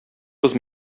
кыз